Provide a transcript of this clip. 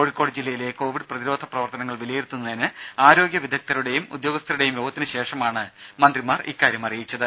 കോഴിക്കോട് ജില്ലയിലെ കോവിഡ് പ്രതിരോധ പ്രവർത്തനങ്ങൾ വിലയിരുത്തുന്നതിന് ആരോഗ്യ വിദഗ്ധരുടെയും ഉദ്യോഗസ്ഥരുടെയും യോഗത്തിനു ശേഷമാണ് മന്ത്രിമാർ ഇക്കാര്യം അറിയിച്ചത്